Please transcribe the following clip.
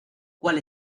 cuál